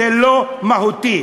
זה לא מהותי.